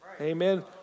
Amen